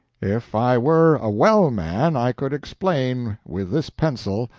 if i were a well man i could explain with this pencil,